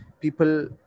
people